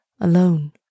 alone